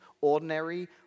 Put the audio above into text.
ordinary